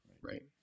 right